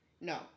No